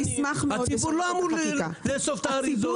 הציבור לא אמור לאסוף את האריזות.